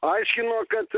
aiškino kad